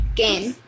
game